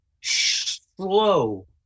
slow